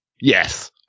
yes